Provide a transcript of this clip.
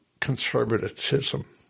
conservatism